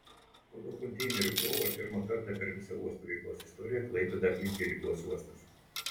pagal konteinerių krovą pirmą kartą per visa uostų veiklos istoriją klaipėdą aplenkė rygos uostas